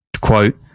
Quote